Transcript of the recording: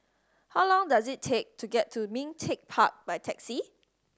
how long does it take to get to Ming Teck Park by taxi